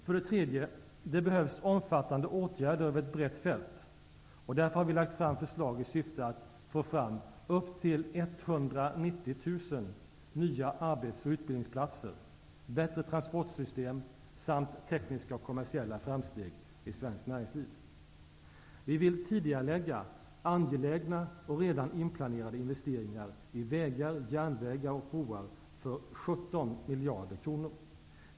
För det tredje: det behövs omfattande åtgärder över ett brett fält. Därför har vi lagt fram förslag i syfte att få fram upp till 190 000 nya arbets och utbildningsplatser, bättre transportsystem samt tekniska och kommersiella framsteg i svenskt näringsliv. Vi vill tidigarelägga angelägna och redan inplanerade investeringar i vägar, järnvägar och broar för 17 miljarder kronor.